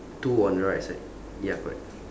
two on the right side ya correct